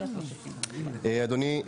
אדוני,